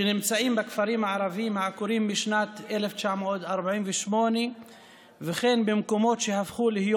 שנמצאים בכפרים הערביים העקורים משנת 1948 וכן במקומות שהפכו להיות